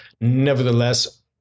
nevertheless